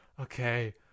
okay